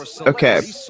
okay